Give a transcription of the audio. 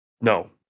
no